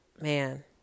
man